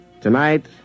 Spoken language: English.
tonight